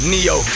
Neo